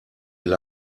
will